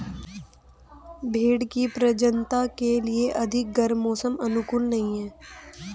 भेंड़ की प्रजननता के लिए अधिक गर्म मौसम अनुकूल नहीं है